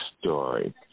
story